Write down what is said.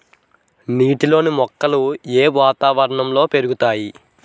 నీటిలోని మొక్కలు ఏ వాతావరణంలో పెరుగుతాయి?